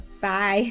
Bye